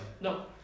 No